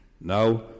Now